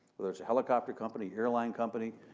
whether it's a helicopter company, airline company,